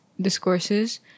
discourses